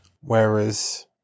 Whereas